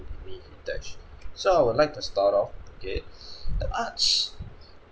will be me hitesh so I would like to start of okay that arts